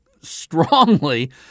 strongly